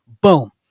Boom